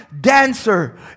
dancer